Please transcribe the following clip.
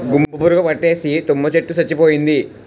గుంపు పురుగు పట్టేసి తుమ్మ చెట్టు సచ్చిపోయింది